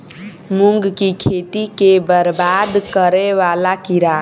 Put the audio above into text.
मूंग की खेती केँ बरबाद करे वला कीड़ा?